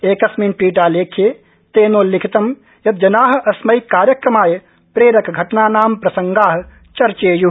एकस्मिन् ट्वीटालेख्ये तेनोल्लिखितं यत् जना अस्मै कार्यक्रमाय प्रेरक घटनानां प्रसंगा चर्चेयु